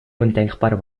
undenkbar